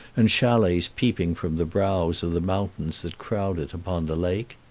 and chalets peeping from the brows of the mountains that crowd it upon the lake.